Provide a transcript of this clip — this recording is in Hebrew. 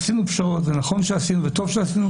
עשינו פשרות, נכון שעשינו וטוב שעשינו